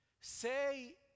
say